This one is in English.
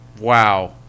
wow